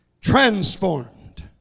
transformed